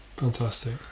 fantastic